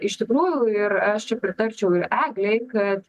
iš tikrųjų ir aš čia pritarčiau ir eglei kad